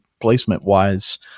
placement-wise